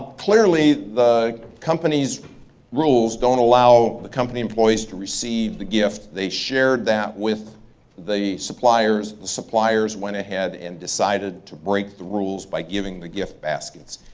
clearly the company's rules don't allow the company employees to receive the gift. they shared that with the suppliers. the suppliers went ahead and decided to break the rules by giving the gift baskets.